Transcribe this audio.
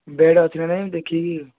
bed ଅଛି ନା ନାହିଁ ଦେଖିକି